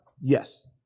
Yes